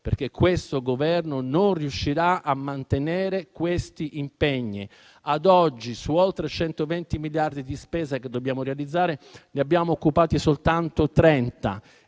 PNRR. Questo Governo non riuscirà infatti a mantenere questi impegni. Ad oggi, su oltre 120 miliardi di spesa che dobbiamo realizzare, ne abbiamo occupati soltanto 30.